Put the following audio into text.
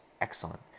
excellent